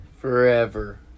Forever